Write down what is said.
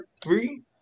three